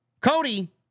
Cody